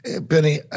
Benny